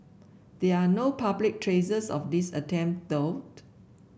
there are no public traces of these attempt though